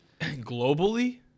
globally